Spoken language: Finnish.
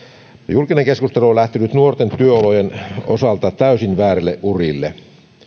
julkinen keskustelu on lähtenyt nuorten työolojen osalta täysin väärille urille